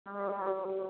वह